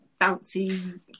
bouncy